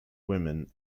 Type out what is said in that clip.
women